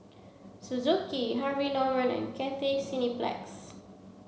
Suzuki Harvey Norman and Cathay Cineplex